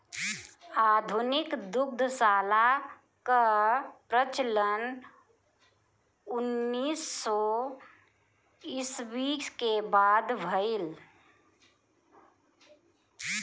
आधुनिक दुग्धशाला कअ प्रचलन उन्नीस सौ ईस्वी के बाद भइल